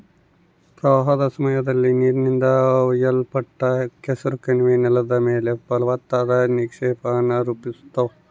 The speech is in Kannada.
ಪ್ರವಾಹದ ಸಮಯದಲ್ಲಿ ನೀರಿನಿಂದ ಒಯ್ಯಲ್ಪಟ್ಟ ಕೆಸರು ಕಣಿವೆ ನೆಲದ ಮೇಲೆ ಫಲವತ್ತಾದ ನಿಕ್ಷೇಪಾನ ರೂಪಿಸ್ತವ